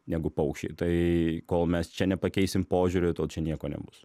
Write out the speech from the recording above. negu paukščiai tai kol mes čia nepakeisim požiūrio tol čia nieko nebus